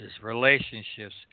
relationships